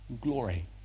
glory